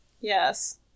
Yes